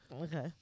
okay